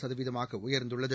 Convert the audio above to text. சதவீதமாக உயர்ந்துள்ளது